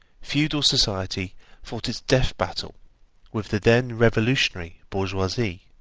feudal society fought its death battle with the then revolutionary bourgeoisie.